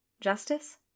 Justice